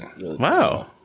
Wow